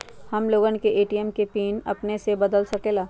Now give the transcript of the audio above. हम लोगन ए.टी.एम के पिन अपने से बदल सकेला?